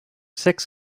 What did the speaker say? six